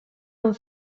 amb